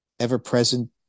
ever-present